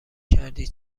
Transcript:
کردی